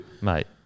mate